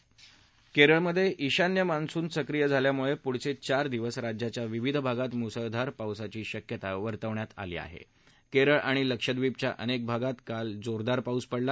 क्रिकेमध्या झिशान्य मान्सून सक्रिय झाल्यामुळपुढलचित्रार दिवस राज्याच्या विविध भागात मुसळधार पावसाची शक्यता वर्तवण्यात आली आहा अर्छि आणि लशद्वीपच्या अनक्वीभागात काळ जोरदार पाऊस पडला